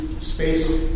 space